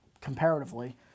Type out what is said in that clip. comparatively